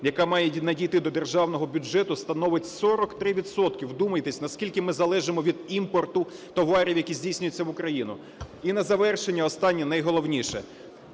яка має надійти до державного бюджету, становить 43 відсотки. Вдумайтесь, наскільки ми залежимо від імпорту товарів, які здійснюються в Україну. І на завершення, останнє, найголовніше.